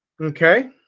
Okay